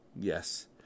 Yes